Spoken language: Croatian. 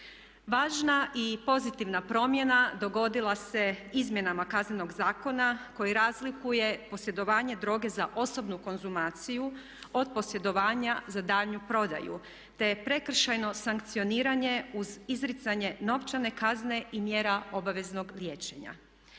Važna i pozitivna promjena dogodila se izmjenama Kaznenog zakona koji razlikuje posjedovanje droge za osobnu konzumaciju od posjedovanja za daljnju prodaju, te je prekršajno sankcioniranje uz izricanje novčane kazne i mjera obaveznog liječenja.